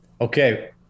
Okay